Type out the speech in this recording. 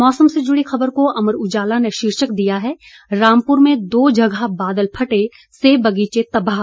मौसम से जुड़ी खबर को अमर उजाला ने शीर्षक दिया है रामपुर में दो जगह बादल फटे सेब बागीचे तबाह